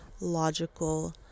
logical